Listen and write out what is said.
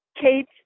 Kate